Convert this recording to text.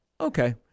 okay